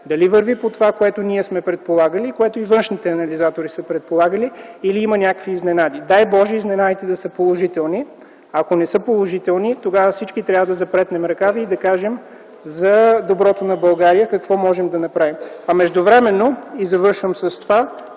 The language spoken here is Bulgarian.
дали върви по това, което ние сме предполагали, което и външните анализатори са предполагали, или има някакви изненади. Дай Боже, изненадите да са положителни. Ако не са положителни, тогава всички трябва да запретнем ръкави и да кажем за доброто на България какво можем да направим. А междувременно, и завършвам с това,